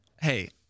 Hey